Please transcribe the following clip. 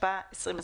התשפ"א - 2021"